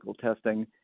testing